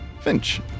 Finch